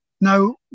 Now